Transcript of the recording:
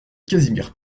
casimir